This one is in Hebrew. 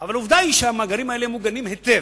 אבל עובדה היא שהמאגרים האלה מוגנים היטב.